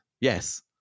Yes